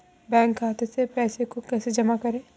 Bank खाते से पैसे को कैसे जमा करें?